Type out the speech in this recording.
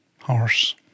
Horse